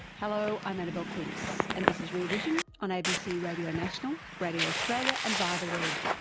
hello i'm annabelle quince and this is rear vision on abc radio national, radio australia and via the web.